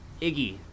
Iggy